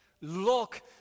Look